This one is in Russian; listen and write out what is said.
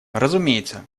разумеется